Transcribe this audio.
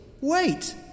Wait